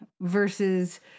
versus